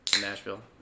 Nashville